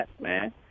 man